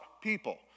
people